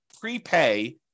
prepay